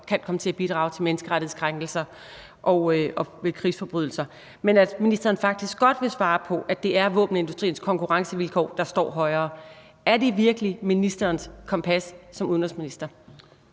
kan komme til at bidrage til menneskerettighedskrænkelser ved krigsforbrydelser, men at ministeren faktisk godt vil svare på, at det er våbenindustriens konkurrencevilkår, der står højere. Er det virkelig ministerens kompas som udenrigsminister?